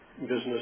business